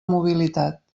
mobilitat